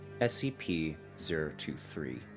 SCP-023